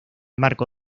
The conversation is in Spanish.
marco